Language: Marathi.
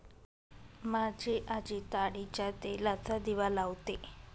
माझी आजी ताडीच्या तेलाचा दिवा लावते